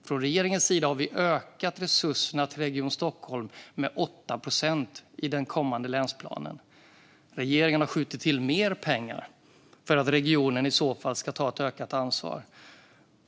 Från regeringens sida har vi ökat resurserna till Region Stockholm med 8 procent i den kommande länsplanen. Regeringen har skjutit till mer pengar för att regionen i så fall ska ta ett ökat ansvar.